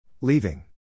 Leaving